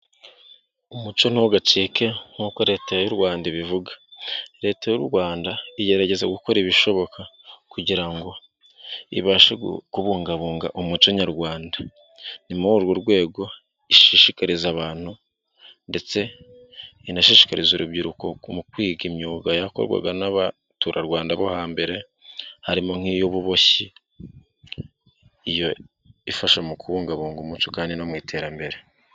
Umuco ntugacike nkuko leta y'u Rwanda ibivuga. Leta y'u rwanda igerageza gukora ibishoboka kugira ngo ibashe kubungabunga umuco nyarwanda c,ni muri urwo rwego ishishikariza abantu ndetse inashishikariza urubyiruko kwiga imyuga yakorwaga n'Abaturarwanda bo hambere harimo nk'iy'ububoshyi ifasha mu kubungabunga umuco kandi no mu iterambere.